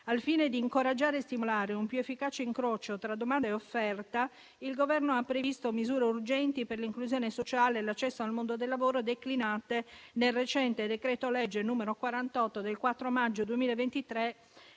Al fine di incoraggiare e stimolare un più efficace incrocio tra domanda e offerta, il Governo ha previsto misure urgenti per l'inclusione sociale e l'accesso al mondo del lavoro declinate nel recente decreto legge n. 48 del 4 maggio 2023